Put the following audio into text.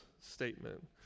statement